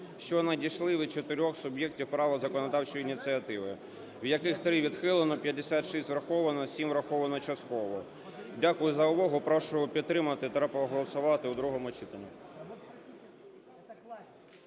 що надійшли від чотирьох суб’єктів права законодавчої ініціативи, з яких: 3 – відхилено, 56 – враховано, 7 – враховано частково. Дякую за увагу. Прошу підтримати та проголосувати у другому читанні.